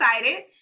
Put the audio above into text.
excited